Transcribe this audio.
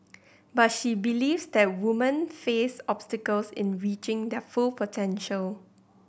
but she believes that woman face obstacles in reaching their full potential